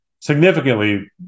Significantly